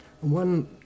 One